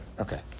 Okay